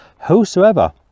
whosoever